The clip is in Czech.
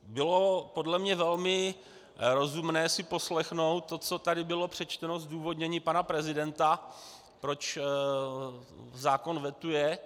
Bylo podle mě velmi rozumné si poslechnout to, co tady bylo přečteno zdůvodnění pana prezidenta, proč zákon vetuje.